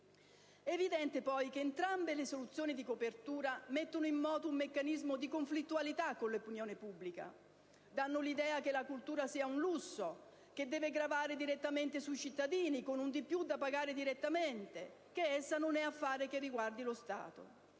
evidente, poi, che entrambe le soluzioni di copertura mettono in moto un meccanismo di conflittualità con l'opinione pubblica. Danno l'idea che la cultura sia un lusso, che deve gravare direttamente sui cittadini con un di più da pagare direttamente; che essa non è affare che riguardi lo Stato.